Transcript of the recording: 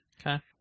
Okay